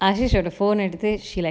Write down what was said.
ashey ஓட:oda phone ah எடுத்து:eduthu she like